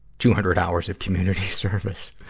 two hundred hours of community service.